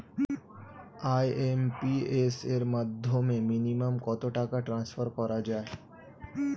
IMPS এর মাধ্যমে minimum কত টাকা ট্রান্সফার করা যায়?